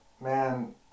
man